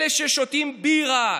אלה ששותים בירה,